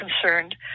concerned